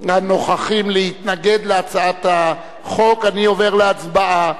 הנוכחים להתנגד להצעת החוק, אני עובר להצבעה.